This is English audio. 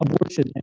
abortion